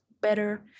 better